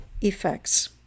effects